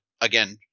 again